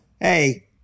hey